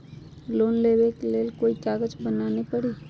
Loan लेबे ले कोई कागज बनाने परी?